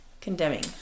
condemning